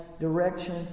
direction